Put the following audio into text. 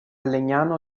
legnano